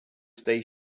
station